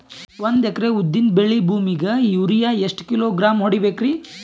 ಒಂದ್ ಎಕರಿ ಉದ್ದಿನ ಬೇಳಿ ಭೂಮಿಗ ಯೋರಿಯ ಎಷ್ಟ ಕಿಲೋಗ್ರಾಂ ಹೊಡೀಬೇಕ್ರಿ?